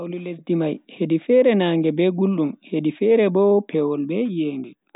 Hawlu lesdi mai hedi fere naage be guldum hedi fere bo pewol be iyende.